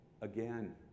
again